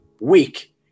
week